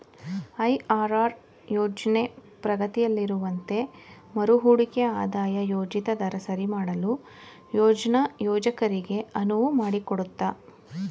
IRR ಯೋಜ್ನ ಪ್ರಗತಿಯಲ್ಲಿರುವಂತೆ ಮರುಹೂಡಿಕೆ ಆದಾಯ ಯೋಜಿತ ದರ ಸರಿಮಾಡಲು ಯೋಜ್ನ ಯೋಜಕರಿಗೆ ಅನುವು ಮಾಡಿಕೊಡುತ್ತೆ